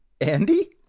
Andy